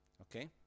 Okay